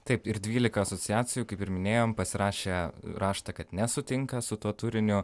taip ir dvylika asociacijų kaip ir minėjom pasirašė raštą kad nesutinka su tuo turiniu